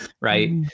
right